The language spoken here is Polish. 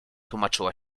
tłumaczyła